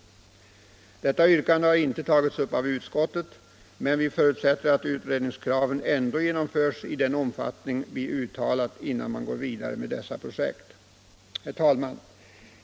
Detta yrkande har inte tagits upp av utskottet, men vi förutsätter att utredningskraven ändå genomförs i den omfattning vi uttalat innan man går vidare med dessa projekt. Herr talman!